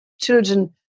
children